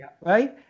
right